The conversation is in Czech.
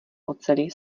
oceli